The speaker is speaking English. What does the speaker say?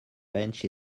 bench